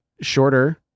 shorter